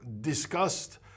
discussed